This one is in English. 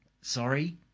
sorry